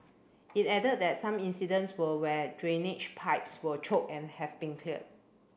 it added that some incidents were where drainage pipes were choked and have been cleared